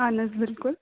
اَہَن حظ بِلکُل